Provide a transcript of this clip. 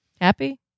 Happy